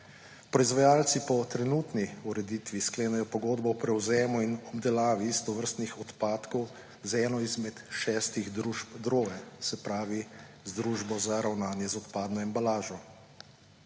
Proizvajalci po trenutni ureditvi sklenejo pogodbo o prevzemu in obdelavi tovrstnih odpadkov z eno izmed šestih družb DROE, se pravi z Družbo za ravnanje z odpadno embalažo.